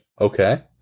Okay